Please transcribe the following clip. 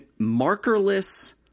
markerless